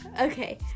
Okay